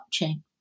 watching